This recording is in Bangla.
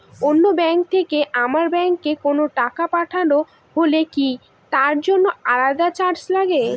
অন্য ব্যাংক থেকে আমার ব্যাংকে কোনো টাকা পাঠানো হলে কি তার জন্য আলাদা চার্জ লাগে?